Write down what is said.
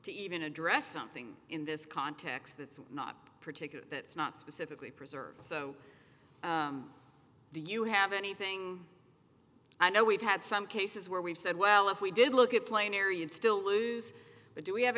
to even address something in this context that's not particular that's not specifically preserved so do you have anything i know we've had some cases where we've said well if we did look at plain area and still lose but do we have